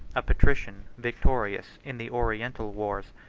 a patrician, victorious in the oriental wars,